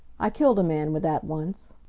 i killed a man with that once.